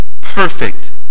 perfect